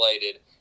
related